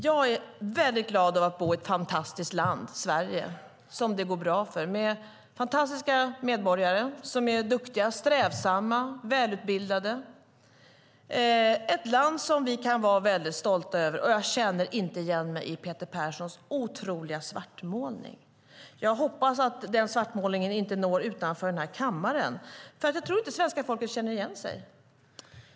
Fru talman! Jag är glad över att bo i ett fantastiskt land, Sverige, som det går bra för och som har fantastiska medborgare som är duktiga, strävsamma och välutbildade. Det är ett land som vi kan vara väldigt stolta över. Jag känner inte igen mig i Peter Perssons otroliga svartmålning av Sverige. Jag hoppas att den svartmålningen inte når utanför den här kammaren. Jag tror inte att svenska folket känner igen sig.